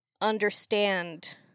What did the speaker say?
understand